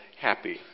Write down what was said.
happy